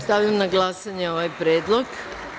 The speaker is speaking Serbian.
Stavljam na glasanje ovaj predlog.